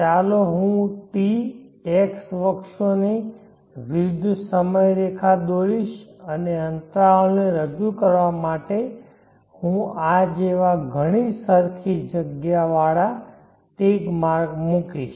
ચાલો હું t x અક્ષોની વિરુદ્ધ સમયરેખા દોરીશ અને અંતરાલોને રજૂ કરવા માટે હું આ જેવા ઘણા સરખી જગ્યા વાળા ટિક માર્ક મૂકીશ